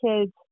kids